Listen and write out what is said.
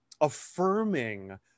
affirming